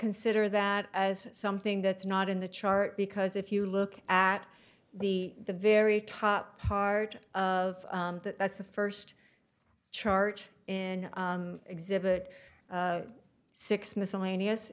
consider that as something that's not in the chart because if you look at the the very top part of that that's the first chart in exhibit six miscellaneous